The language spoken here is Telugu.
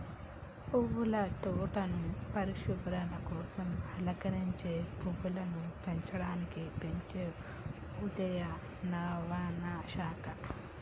పువ్వుల తోటలను పరిశ్రమల కోసం అలంకరించే పువ్వులను పెంచడానికి పెంచే ఉద్యానవన శాఖ